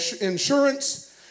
insurance